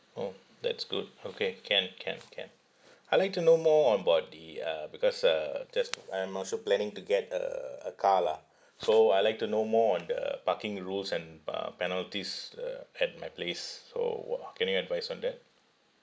orh that's good okay can can can I would like to know more about the uh because uh just I'm also planning to get a a car lah so I would like to know more on the parking rules and uh penalties uh at my place so wh~ can you advise on that